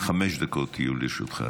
חמש דקות יהיו לרשותך,